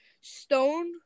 Stone